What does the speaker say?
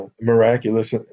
miraculous